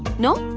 no?